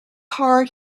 heart